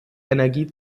energie